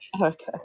Okay